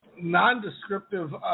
non-descriptive